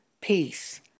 peace